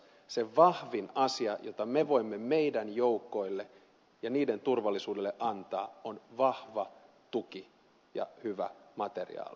se vahvin asia jota voimme meidän joukoille ja niiden turvallisuudelle antaa on vahva tuki ja hyvä materiaali